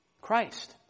Christ